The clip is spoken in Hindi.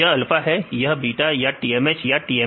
यह अल्फा है या बीटा या TMH या TMS